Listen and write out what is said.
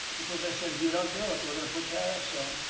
because i said, if you don't do it, we're going to put tariffs on.